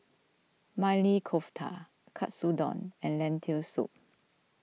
Maili Kofta Katsudon and Lentil Soup